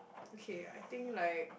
okay I think like